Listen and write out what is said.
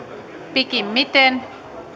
pikimmiten